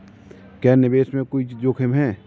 क्या निवेश में कोई जोखिम है?